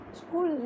school